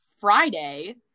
Friday